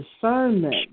discernment